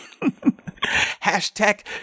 hashtag